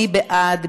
מי בעד?